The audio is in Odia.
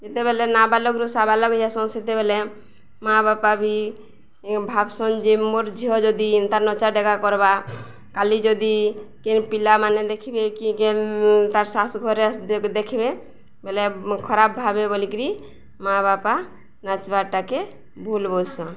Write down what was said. ଯେତେବେଲେ ନାଁ ବାଲକରୁ ସାବାଲକ୍ ଯାଏସନ୍ ସେତେବେଲେ ମାଆ ବାପା ବି ଭାବସନ୍ ଯେ ମୋର୍ ଝିଅ ଯଦି ତା ନଚାଡ଼େକା କର୍ବା କାଲି ଯଦି କେ ପିଲାମାନେ ଦେଖିବେ କି କେନ୍ ତାର୍ ଶାସୁ ଘରେ ଆସି ଦେ ଦେଖିବେ ବେଲେ ଖରାପ ଭାବେ ବୋଲିକିରି ମାଆ ବାପା ନାଚ୍ବାର୍ଟାକେ ଭୁଲ ବୁଝସନ୍